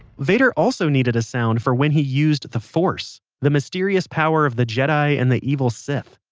vader also needed a sound for when he used the force, the mysterious power of the jedi and the evil sith.